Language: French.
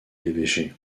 l’évêché